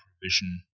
provision